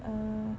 uh